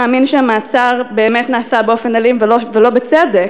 מאמין שהמעצר באמת נעשה באופן אלים ולא בצדק,